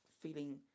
feeling